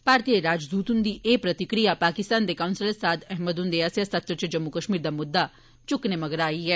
भारतीय राजदूत हन्दी ए प्रतिक्रिया पाकिस्तान दे कौंसलर साद अहमद ह्न्दे आस्सेया सत्र च जम्मू कश्मीर दा म्द्दा च्क्कने मगरा आई ऐ